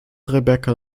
rebecca